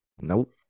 Nope